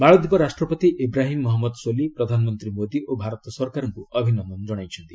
ମାଳଦୀପ ରାଷ୍ଟ୍ରପତି ଇବ୍ରାହିମ୍ ମହନ୍ମଦ ସୋଲିହ୍ ପ୍ରଧାନମନ୍ତ୍ରୀ ମୋଦି ଓ ଭାରତ ସରକାରଙ୍କୁ ଅଭିନନ୍ଦନ କଣାଇଛନ୍ତି